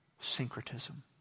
syncretism